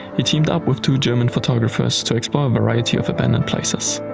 he teamed up with two german photographers to explore a variety of abandoned places.